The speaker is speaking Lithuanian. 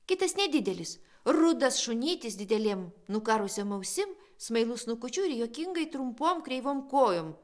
kitas nedidelis rudas šunytis didelėm nukarusiom ausim smailu snukučiu ir juokingai trumpom kreivom kojom